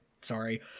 Sorry